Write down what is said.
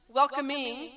welcoming